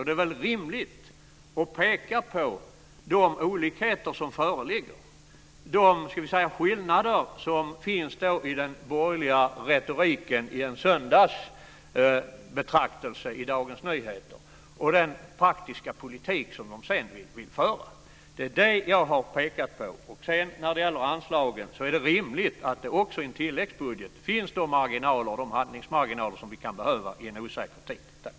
Det är rimligt att peka på de olikheter som föreligger och på skillnaderna mellan den borgerliga retoriken i en söndagsbetraktelse i Dagens Nyheter och den praktiska politik de borgerliga vill föra. Det är det jag har pekat på. När det gäller anslagen är det rimligt att det också i en tilläggsbudget finns handlingsmarginaler, som vi kan behöva i en osäker tid.